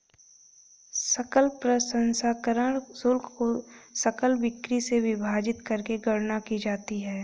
सकल प्रसंस्करण शुल्क को सकल बिक्री से विभाजित करके गणना की जाती है